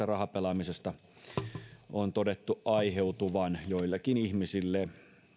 rahapelaamisesta on todettu aiheutuvan joillekin ihmisille